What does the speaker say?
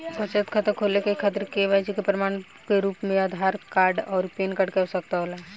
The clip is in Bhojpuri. बचत खाता खोले के खातिर केवाइसी के प्रमाण के रूप में आधार आउर पैन कार्ड के आवश्यकता होला